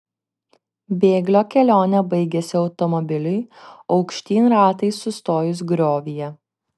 bėglio kelionė baigėsi automobiliui aukštyn ratais sustojus griovyje